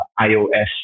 iOS